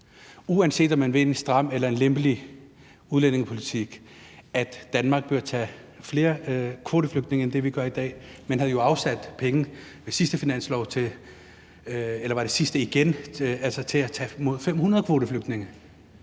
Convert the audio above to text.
uanset om man vil have en stram eller en lempelig udlændingepolitik, bør tage flere kvoteflygtninge, end vi gør i dag? Man havde jo afsat penge ved sidste finanslov – eller var det sidste igen?